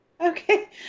Okay